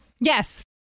Yes